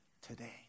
today